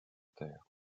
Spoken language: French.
terre